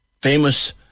famous